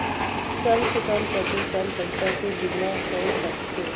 कम से कम कतेकन पईसा के बीमा हो सकथे?